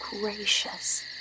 gracious